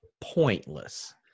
pointless